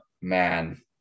man